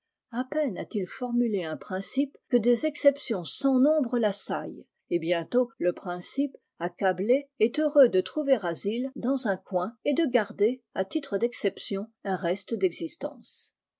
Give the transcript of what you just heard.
a peine a-t-il formulé principe que des exceptions sans nombre saillent et bientôt le principe accablé heureux de trouver asile dans un coin et de garder à litre d'exception un reste d'existence